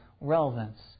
relevance